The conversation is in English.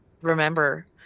remember